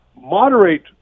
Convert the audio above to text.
moderate